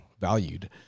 valued